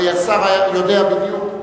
הרי השר יודע בדיוק,